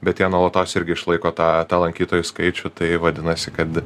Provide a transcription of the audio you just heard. bet jie nuolatos irgi išlaiko tą tą lankytojų skaičių tai vadinasi kad